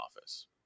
office